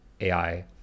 ai